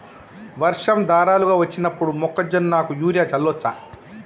వర్షం ధారలుగా వచ్చినప్పుడు మొక్కజొన్న కు యూరియా చల్లచ్చా?